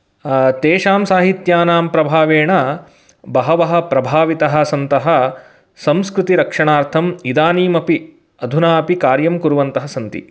तेषां साहित्यानां प्रभावेन बहवः प्रभावितः सन्तः संस्कृतिरक्षणार्थम् इदानीमपि अधुनापि कार्यं कुर्वन्तः सन्ति